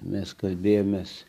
mes kalbėjomės